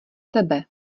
tebe